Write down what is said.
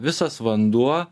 visas vanduo